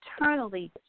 eternally